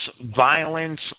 violence